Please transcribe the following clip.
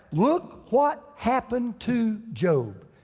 look what happened to job.